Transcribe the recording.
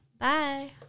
Bye